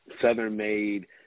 Southern-made